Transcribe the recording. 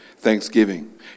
Thanksgiving